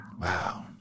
Wow